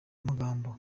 amagambo